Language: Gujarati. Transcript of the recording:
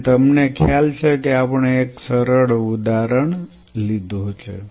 તેથી તમને ખ્યાલ છે કે આપણે એક સરળ ઉદાહરદ લીધું છે